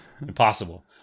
Impossible